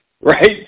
Right